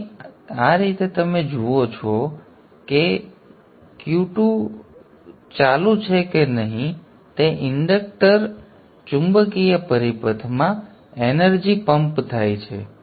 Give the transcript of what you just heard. તેથી આ રીતે તમે જુઓ છો કે Q1 ચાલુ છે કે Q2 ચાલુ છે કે નહીં તે ઇન્ડક્ટર ચુંબકીય પરિપથમાં એનર્જી પમ્પ થાય છે